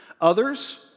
Others